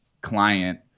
client